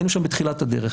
היינו שם בתחילת הדרך